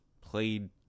played